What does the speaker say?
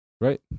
Right